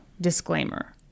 disclaimer